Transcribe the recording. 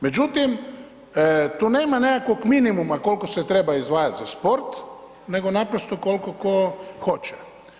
Međutim, tu nema nekakvog minimuma koliko se treba izdvajati za sport nego naprosto koliko tko hoće.